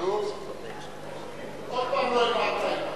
לא העברת,